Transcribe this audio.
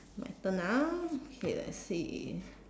my turn now okay let's see